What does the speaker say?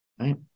right